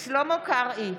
שלמה קרעי,